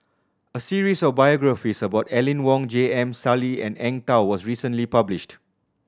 a series of biographies about Aline Wong J M Sali and Eng Tow was recently published